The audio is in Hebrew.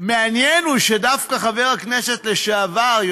המעניין הוא שדווקא חבר הכנסת לשעבר,